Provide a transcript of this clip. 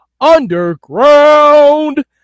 underground